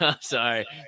Sorry